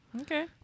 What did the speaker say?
Okay